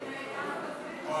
גברתי היושבת בראש,